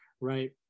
right